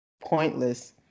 pointless